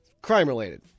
crime-related